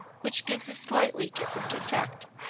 which gives a slightly different effect,